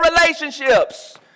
relationships